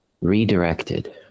redirected